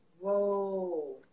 Whoa